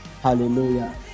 hallelujah